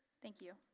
thank you.